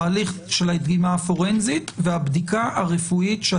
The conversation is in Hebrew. ההליך של הדגימה הפורנזית, והבדיקה הרפואית.